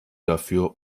dafür